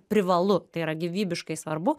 privalu tai yra gyvybiškai svarbu